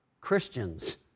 Christians